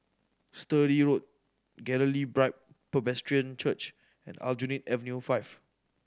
Sturdee Road Galilee Bible Presbyterian Church and Aljunied Avenue Five